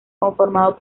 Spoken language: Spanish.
conformado